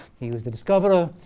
he was the discoverer,